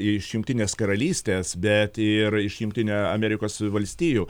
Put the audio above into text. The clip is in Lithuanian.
iš jungtinės karalystės bet ir iš jungtinių amerikos valstijų